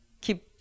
keep